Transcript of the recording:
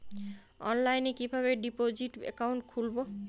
অনলাইনে কিভাবে deposit account খুলবো?